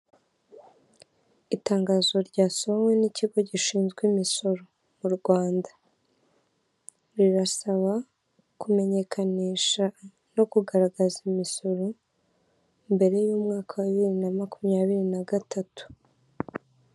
Itangazo ryasohowe n'ikigo gishinzwe imisoro mu Rwanda, rirasaba kumenyekanisha no kugaragaza imisoro mbere y'umyaka wa bibiri na makumyabiri na gatatu.